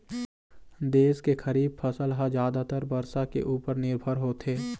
देश के खरीफ फसल ह जादातर बरसा के उपर निरभर होथे